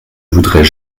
voudrais